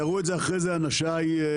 יראו את זה אחר כך אנשיי מהמשרד